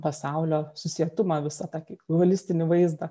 pasaulio susietumą visą tą holistinį vaizdą